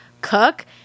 cook